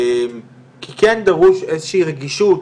כי כן דרוש איזו שהיא רגישות